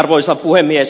arvoisa puhemies